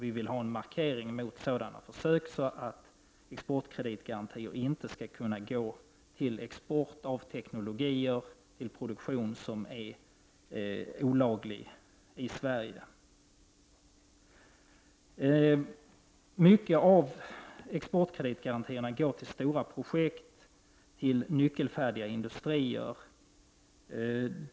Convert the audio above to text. Vi vill ha en markering mot sådana försök, så att exportkreditgarantier inte skall kunna lämnas vid export av teknik för produktion som är olaglig i Sverige. Mycket av exportkreditgarantierna går till stora projekt, till nyckelfärdiga industrier.